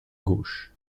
gauche